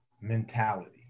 mentality